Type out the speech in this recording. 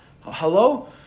Hello